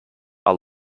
are